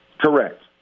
Correct